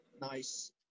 Nice